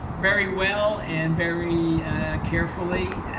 very well and very carefully.